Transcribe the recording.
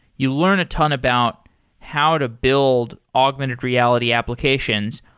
you learn a ton about how to build augmented reality applications.